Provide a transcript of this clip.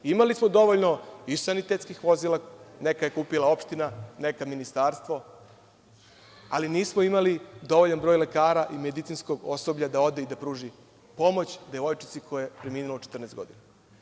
Imali smo dovoljno i sanitetskih vozila, nekad je kupila opština, nekad Ministarstvo, ali nismo imali dovoljan broj lekara i medicinskog osoblja da ode i da pruži pomoć devojčici koja je preminula u 14 godina.